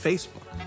Facebook